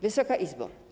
Wysoka Izbo!